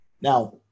Now